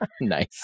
Nice